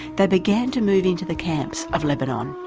they began to move into the camps of lebanon.